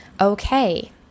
Okay